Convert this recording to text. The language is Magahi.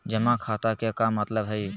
जमा खाता के का मतलब हई?